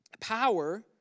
power